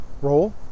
roll